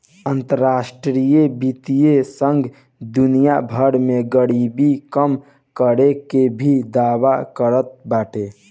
अंतरराष्ट्रीय वित्तीय संघ दुनिया भर में गरीबी कम करे के भी दावा करत बाटे